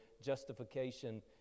justification